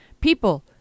people